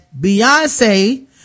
Beyonce